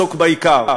הכנסת.